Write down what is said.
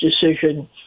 decision